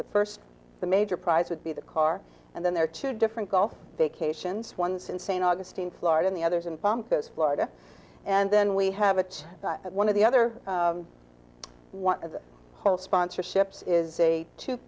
the first the major prize would be the car and then there are two different golf vacations once in st augustine florida the others in palm coast florida and then we have a one of the other one of the whole sponsorships is a two